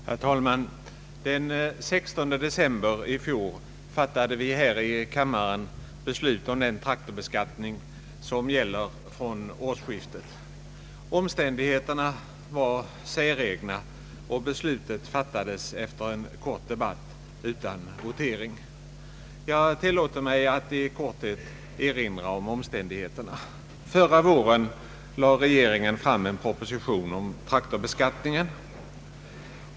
Herr talman! Den 16 december i fjol fattade vi här i kammaren beslut om den traktorbeskattning som gäller från årsskiftet. Omständigheterna var säregna och beslutet fattades efter en kort debatt utan votering. Jag tillåter mig att i korthet erinra om omständigheterna. Förra våren lade regeringen fram en proposition om traktorbeskattningen.